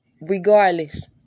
regardless